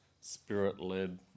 spirit-led